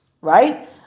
right